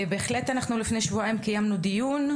בהחלט שלפני שבועיים קיימנו דיון,